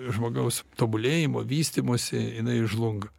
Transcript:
žmogaus tobulėjimo vystymosi jinai žlunga